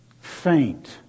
faint